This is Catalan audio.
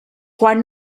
quan